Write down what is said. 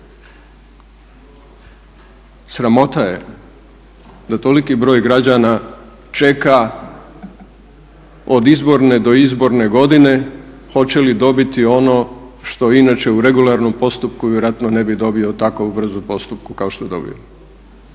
Sramota je da toliki broj građana čeka od izborne do izborne godine hoće li dobiti ono što inače u regularnom postupku vjerojatno ne bi dobio u tako brzom postupku kao što je dobio.